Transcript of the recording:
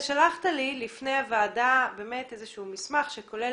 אתה שלחת לי לפני ישיבת הוועדה איזשהו מסמך שכולל